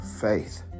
faith